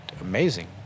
amazing